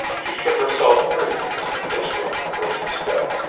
she shook herself free as i placed her on the first step.